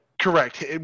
Correct